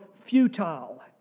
futile